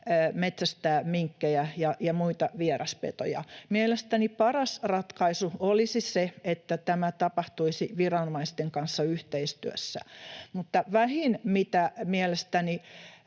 metsästää minkkejä ja muita vieraspetoja. Mielestäni paras ratkaisu olisi se, että tämä tapahtuisi viranomaisten kanssa yhteistyössä, mutta vähin lisäsäätely,